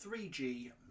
3G